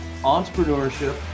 entrepreneurship